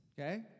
Okay